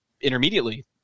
intermediately